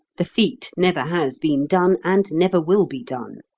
the feat never has been done, and never will be done.